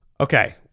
Okay